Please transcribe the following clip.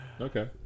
Okay